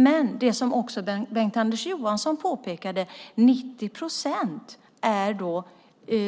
Men som också Bengt-Anders Johansson påpekade är 90 procent